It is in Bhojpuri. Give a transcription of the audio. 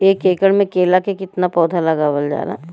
एक एकड़ में केला के कितना पौधा लगावल जाला?